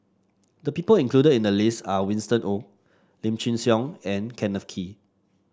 the people include in the list are Winston Oh Lim Chin Siong and Kenneth Kee